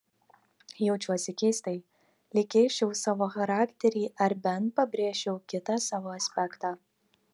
jaučiuosi keistai lyg keisčiau savo charakterį ar bent pabrėžčiau kitą savo aspektą